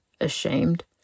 ashamed